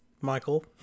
Michael